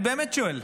אני באמת שואל,